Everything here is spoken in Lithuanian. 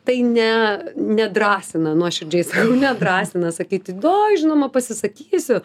tai ne nedrąsina nuoširdžiai sakau nedrąsina sakyti oi žinoma pasisakysiu